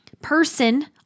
person